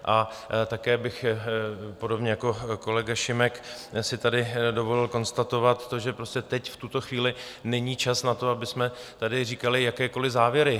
A také bych podobně jako kolega Šimek si tady dovolil konstatovat, že prostě teď v tuto chvíli není čas na to, abychom tady říkali jakékoliv závěry.